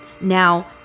Now